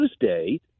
Tuesday